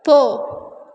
போ